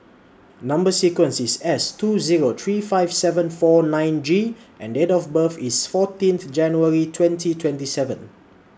Number sequence IS S two Zero three five seven four nine G and Date of birth IS fourteen th January twenty twenty seven